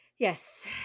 Yes